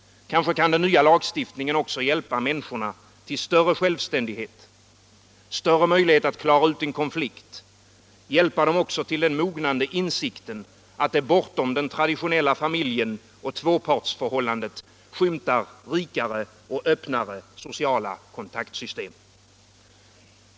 Kanske kan den nya lagstiftningen också hjälpa människorna till större självständighet, större möjlighet att klara ut en konflikt och hjälpa dem till den mognande insikten att det bortom den traditionella familjen och tvåpartsförhållandet skymtar rikare och öppnare sociala kontaktsystem.